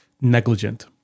negligent